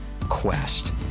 Quest